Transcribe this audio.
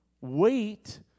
Wait